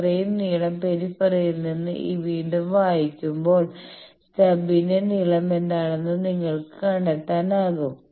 ഇത്രയും നീളം പെരിഫെറിയിൽ നിന്ന് വീണ്ടും വായിക്കുമ്പോൾ സ്റ്റബിന്റെ നീളം എന്താണെന്ന് നിങ്ങൾക്ക് കണ്ടെത്താനാകും